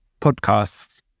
podcasts